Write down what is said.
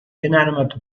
inanimate